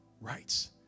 rights